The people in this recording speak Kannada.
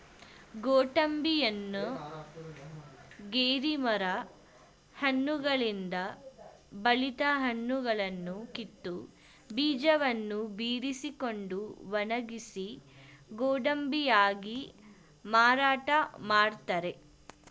ಗೋಡಂಬಿಯನ್ನ ಗೇರಿ ಮರ ಹಣ್ಣುಗಳಿಂದ ಬಲಿತ ಹಣ್ಣುಗಳನ್ನು ಕಿತ್ತು, ಬೀಜವನ್ನು ಬಿಡಿಸಿಕೊಂಡು ಒಣಗಿಸಿ ಗೋಡಂಬಿಯಾಗಿ ಮಾರಾಟ ಮಾಡ್ತರೆ